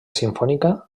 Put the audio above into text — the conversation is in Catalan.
simfònica